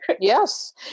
Yes